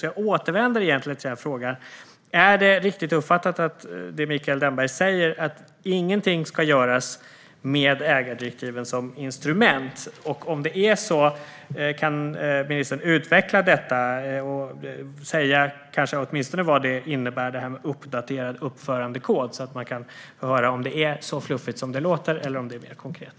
Jag återvänder därför till frågan: Är det riktigt uppfattat att det Mikael Damberg säger är att ingenting ska göras med ägardirektiven som instrument? Om det är så, kan ministern utveckla detta och kanske åtminstone säga vad det här med "uppdaterad uppförandekod" innebär så att man kan få höra om det är så fluffigt som det låter eller om det är mer konkret.